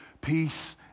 peace